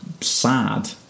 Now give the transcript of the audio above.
sad